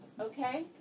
Okay